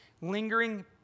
lingering